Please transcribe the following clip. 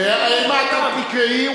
אם את תקראי,